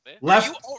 Left